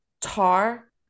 Tar